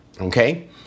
Okay